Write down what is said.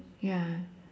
ya